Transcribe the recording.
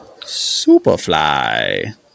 Superfly